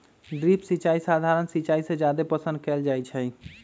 drip सिंचाई सधारण सिंचाई से जादे पसंद कएल जाई छई